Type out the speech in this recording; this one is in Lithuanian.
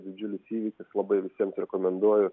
didžiulis įvykis labai visiems rekomenduoju